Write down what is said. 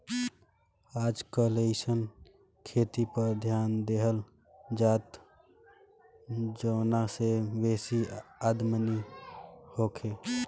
आजकल अइसन खेती पर ध्यान देहल जाता जवना से बेसी आमदनी होखे